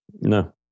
No